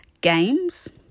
Games